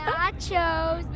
Nachos